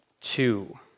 two